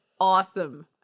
awesome